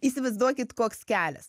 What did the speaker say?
įsivaizduokit koks kelias